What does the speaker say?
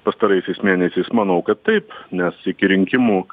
pastaraisiais mėnesiais manau kad taip nes iki rinkimų